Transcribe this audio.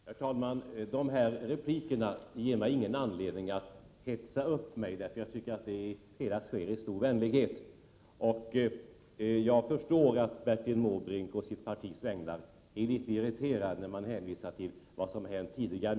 Herr talman! De här replikerna ger mig ingen anledning att hetsa upp mig. Jag tycker att det hela sker i stor vänlighet. Jag förstår att Bertil Måbrink å sitt partis vägnar blir litet irriterad när man hänvisar till vad som har hänt tidigare.